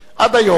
עד היום,